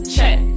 Check